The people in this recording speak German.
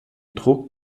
druck